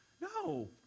No